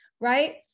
Right